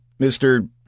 Mr